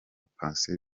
patient